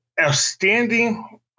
outstanding